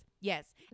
Yes